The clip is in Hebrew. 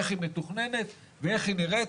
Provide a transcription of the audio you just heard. איך היא מתוכננת ואיך היא נראית,